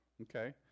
Okay